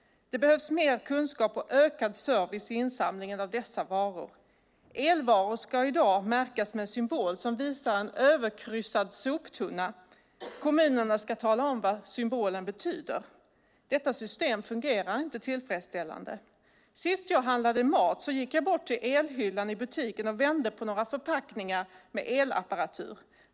Det behövs mer kunskap och ökad service i insamlingen av dessa varor. Elvaror ska i dag märkas med en symbol som visar en överkryssad soptunna. Kommunerna ska tala om vad symbolen betyder. Detta system fungerar inte tillfredsställande. Sist jag handlade mat gick jag bort till elhyllan i butiken och vände på några förpackningar med elapparatur.